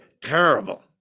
Terrible